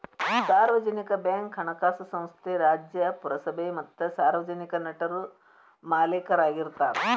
ಸಾರ್ವಜನಿಕ ಬ್ಯಾಂಕ್ ಹಣಕಾಸು ಸಂಸ್ಥೆ ರಾಜ್ಯ, ಪುರಸಭೆ ಮತ್ತ ಸಾರ್ವಜನಿಕ ನಟರು ಮಾಲೇಕರಾಗಿರ್ತಾರ